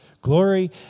glory